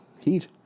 heat